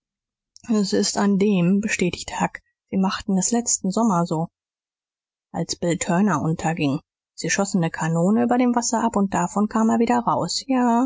s ist an dem bestätigte huck sie machten es letzten sommer so als bill turner unterging sie schossen ne kanone über dem wasser ab und davon kam er wieder raus ja